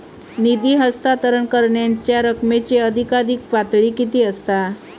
निधी हस्तांतरण करण्यांच्या रकमेची अधिकाधिक पातळी किती असात?